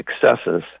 successes